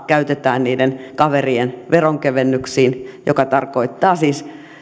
käytetään niiden kaverien veronkevennyksiin mikä tarkoittaa siis